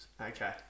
Okay